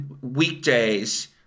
weekdays